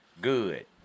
good